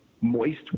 moist